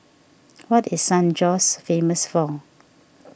what is San Jose famous for